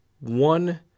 One